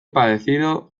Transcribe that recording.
padecido